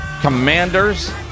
commanders